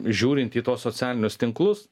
žiūrint į tuos socialinius tinklus